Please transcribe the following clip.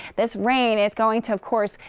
this rain is going to, of course,